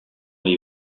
les